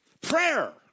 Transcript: Prayer